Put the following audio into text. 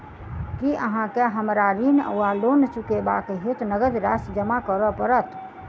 की अहाँ केँ हमरा ऋण वा लोन चुकेबाक हेतु नगद राशि जमा करऽ पड़त?